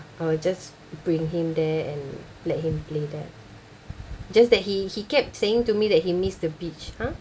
I will just bring him there and let him play that just that he he kept saying to me that he missed the beach !huh!